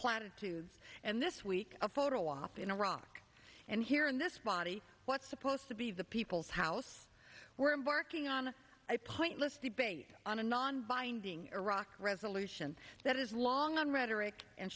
platitudes and this week a photo op in iraq and here in this body what's supposed to be the people's house we're embarking on a pointless debate on a non binding iraq resolution that is long on rhetoric and